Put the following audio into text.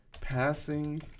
passing